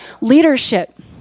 Leadership